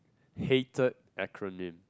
hated acronym